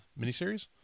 miniseries